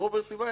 רוברט טיבייב,